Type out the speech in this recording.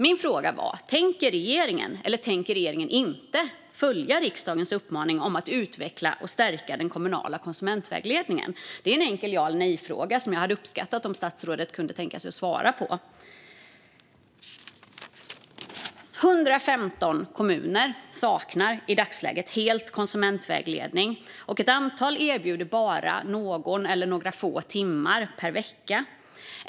Min fråga var: Tänker regeringen eller tänker regeringen inte följa riksdagens uppmaning om att utveckla och stärka den kommunala konsumentvägledningen? Det är en enkel ja-eller-nej-fråga. Jag skulle uppskatta om statsrådet kan tänka sig att svara på den. I dagsläget saknar 115 kommuner helt konsumentvägledning, och ett antal kommuner erbjuder bara någon eller några få timmar per vecka.